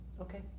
Okay